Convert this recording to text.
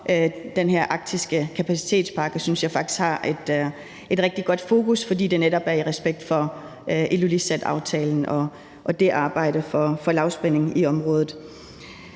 Den her arktiske kapacitetspakke synes jeg faktisk har et rigtig godt fokus, fordi det netop foregår i respekt for Ilulissataftalen og det arbejde for lavspænding i området.